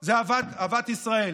שלנו זה אהבת ישראל.